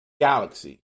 galaxy